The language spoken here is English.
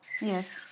Yes